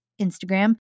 Instagram